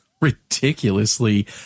ridiculously